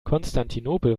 konstantinopel